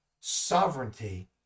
sovereignty